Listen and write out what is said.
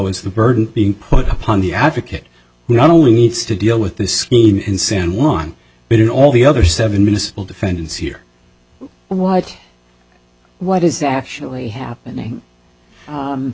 as the burden being put upon the advocate who not only needs to deal with the screen in san juan but in all the other seven minutes will defendants here watch what is actually happening